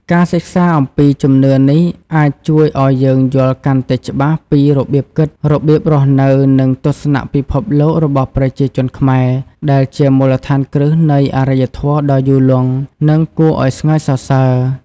ការសិក្សាអំពីជំនឿនេះអាចជួយឲ្យយើងយល់កាន់តែច្បាស់ពីរបៀបគិត របៀបរស់នៅ និង ទស្សនៈពិភពលោក របស់ប្រជាជនខ្មែរ ដែលជាមូលដ្ឋានគ្រឹះនៃអរិយធម៌ដ៏យូរលង់ និងគួរឲ្យស្ងើចសរសើរ។